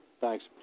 Thanks